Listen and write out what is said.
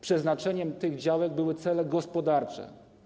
Przeznaczeniem tych działek były cele gospodarcze.